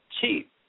cheap